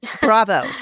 bravo